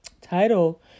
title